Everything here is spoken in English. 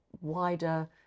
wider